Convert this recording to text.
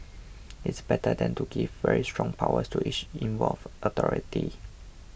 it's better than to give very strong powers to each involved authority